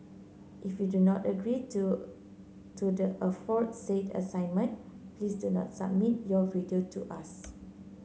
if you do not agree to to the aforesaid assignment please do not submit your video to us